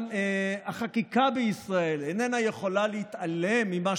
גם החקיקה בישראל איננה יכולה להתעלם ממה